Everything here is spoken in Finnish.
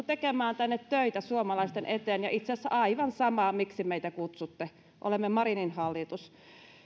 tekemään tänne töitä suomalaisten eteen ja itse asiassa aivan sama miksi meitä kutsutte olemme marinin hallitus